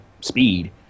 speed